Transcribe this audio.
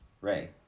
Ray